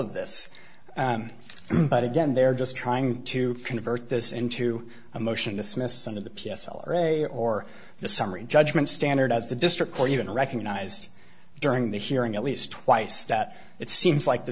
of this but again they're just trying to convert this into a motion dismissed under the p s l array or the summary judgment standard as the district court even recognized during the hearing at least twice that it seems like the